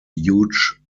huge